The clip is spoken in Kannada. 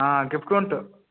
ಹಾಂ ಡಿಸ್ಕೌಂಟು